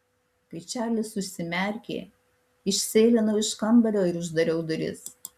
kai čarlis užsimerkė išsėlinau iš kambario ir uždariau duris